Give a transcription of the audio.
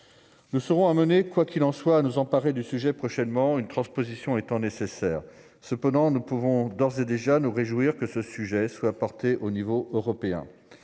Nous serons amenés, quoi qu'il en soit, à nous emparer du sujet prochainement, une transposition de cette directive étant nécessaire. Cependant, nous pouvons d'ores et déjà nous réjouir que ce sujet soit abordé au niveau européen.